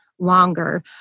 longer